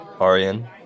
Arian